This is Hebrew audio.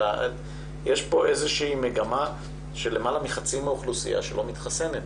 יש פה איזושהי מגמה שלמעלה מחצי האוכלוסייה שלא מתחסנת,